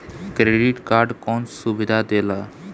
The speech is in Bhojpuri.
क्रेडिट कार्ड कौन सुबिधा देला?